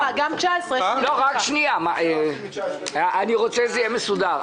אני רוצה שזה יהיה מסודר.